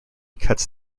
cuts